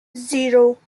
zero